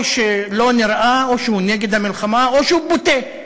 או שלא נראה, או שהוא נגד המלחמה, או שהוא בוטה.